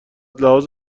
لحاظ